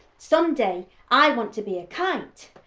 someday i want to be a kite.